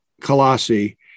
Colossi